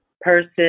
person